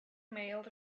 mailed